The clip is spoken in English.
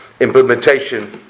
Implementation